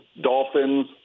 Dolphins